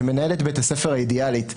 זה מנהלת בית הספר האידיאלית,